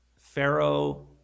Pharaoh